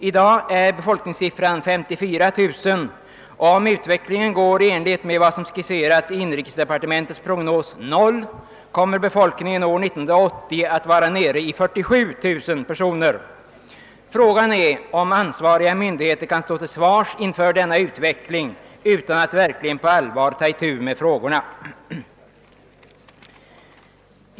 I dag är befolkningssiffran 54 000 och om utvecklingen går i enlighet med vad som skisserats i inrikesdepartementets prognos 0, kommer befolkningen år 1980 att vara nere i 47 000 personer. Frågan är om ansvariga myndigheter kan stå till svars inför denna utveckling utan att verkligen på allvar ta itu med frågorna.